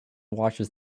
watches